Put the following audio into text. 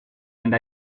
and